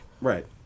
Right